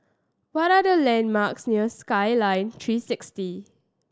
what are the landmarks near Skyline Three Sixty